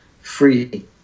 free